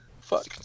Fuck